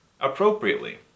appropriately